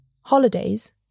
Holidays